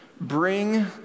bring